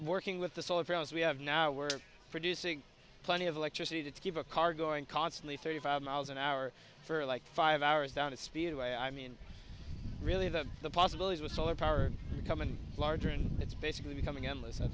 working with the sort of friends we have now we're producing plenty of electricity to give a car going constantly thirty five miles an hour for like five hours down the speed i mean really that the possibilities with solar power becoming larger and it's basically becoming endless at